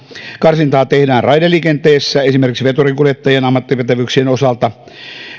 karsintaa tehdään raideliikenteessä esimerkiksi veturinkuljettajien ammattipätevyyksien osalta